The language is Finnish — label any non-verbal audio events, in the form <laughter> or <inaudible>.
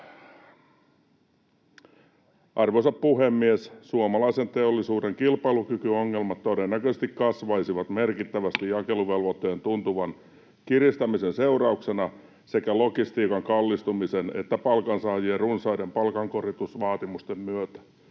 Arvoisa puhemies! Suomalaisen teollisuuden kilpailukykyongelmat todennäköisesti kasvaisivat merkittävästi <noise> jakeluvelvoitteen tuntuvan kiristämisen seurauksena sekä logistiikan kallistumisen että palkansaajien runsaiden palkankorotusvaatimusten myötä.